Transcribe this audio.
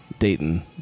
Dayton